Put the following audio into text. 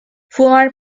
fuar